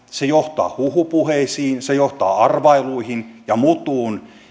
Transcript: se johtaa huhupuheisiin se johtaa arvailuihin ja mutuun